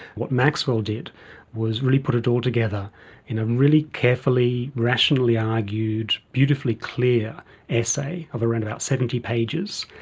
what maxwell did was really put it all together in a really carefully, rationally argued, beautifully clear essay of around about seventy pages.